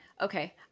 okay